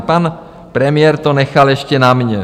Pan premiér to nechal ještě na mně.